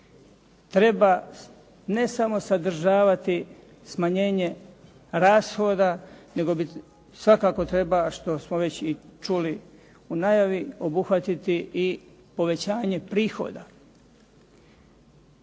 treba ne samo sadržavati smanjenje rashoda, nego svakako treba, što smo već i čuli u najavi, obuhvatiti i povećanje prihoda.